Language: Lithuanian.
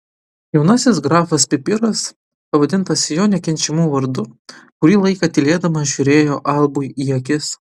jaunasis grafas pipiras pavadintas jo nekenčiamu vardu kurį laiką tylėdamas žiūrėjo albui į akis